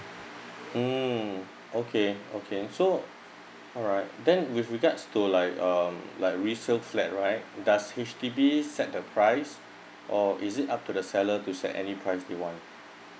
mm okay okay so alright then with regards to like um like resale flat right does H_D_B set the price or is it up to the seller to set any price they want